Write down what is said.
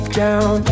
down